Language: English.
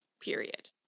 period